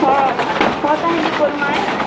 ହଁ ହଁ ତାହେଲେ କର୍ମା ଏଁ